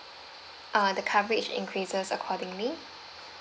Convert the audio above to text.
uh the coverage increases accordingly